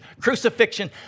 crucifixion